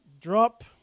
drop